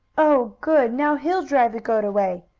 oh, good! now he'll drive the goat away!